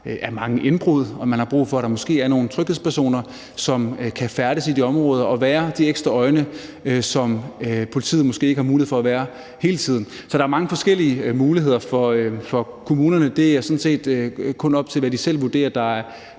er mange indbrud, og måske har brug for, at der er nogle tryghedspersoner, som kan færdes i det område og være de ekstra øjne, som politiet måske ikke har mulighed for at være hele tiden. Så der er mange forskellige muligheder for kommunerne. Det er sådan set kun op til, hvad de selv vurderer der er